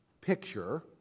picture